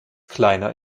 kleiner